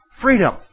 Freedom